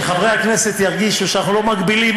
כדי שחברי הכנסת ירגישו שאנחנו לא מגבילים